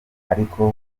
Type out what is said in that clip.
ariko